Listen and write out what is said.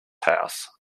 house